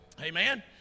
Amen